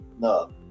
No